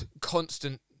constant